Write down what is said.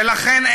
ולכן,